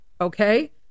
Okay